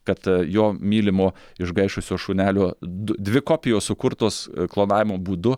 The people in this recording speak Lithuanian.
kad jo mylimo išgaišusio šunelio du dvi kopijos sukurtos klonavimo būdu